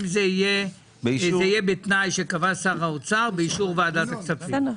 שזה יהיה בתנאי שקבע שר האוצר באישור ועדת הכספים.